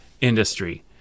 industry